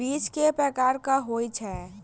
बीज केँ प्रकार कऽ होइ छै?